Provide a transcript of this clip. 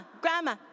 Grandma